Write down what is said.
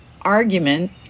argument